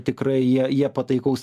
tikrai jie jie pataikaus